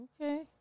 Okay